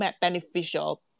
beneficial